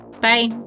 Bye